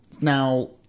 Now